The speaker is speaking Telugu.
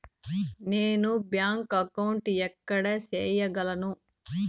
నేను బ్యాంక్ అకౌంటు ఎక్కడ సేయగలను